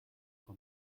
von